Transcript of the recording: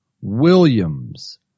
Williams